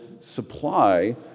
supply